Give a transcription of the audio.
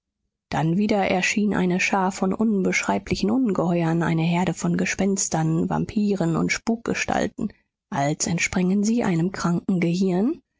dann wieder erschien eine schar von unbeschreiblichen ungeheuern eine herde von gespenstern vampiren und spukgestalten als entsprängen sie einem kranken gehirn